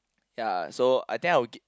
ya so I think I will g~